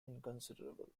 inconsiderable